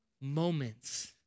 moments